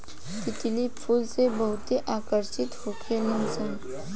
तितली फूल से बहुते आकर्षित होखे लिसन